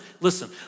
listen